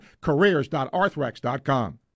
careers.arthrex.com